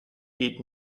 geht